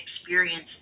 experience